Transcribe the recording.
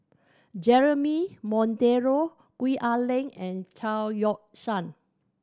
Jeremy Monteiro Gwee Ah Leng and Chao Yoke San